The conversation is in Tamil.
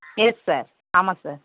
எஸ் சார் ஆமாம் சார்